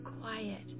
quiet